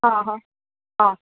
हाँ हाँ हाँ